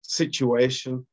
situation